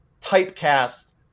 typecast